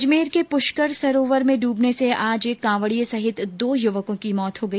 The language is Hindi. अजमेर के पुष्कर सरोवर में डूबने से आज एक कांवड़िये सहित दो युवकों की मौत हो गई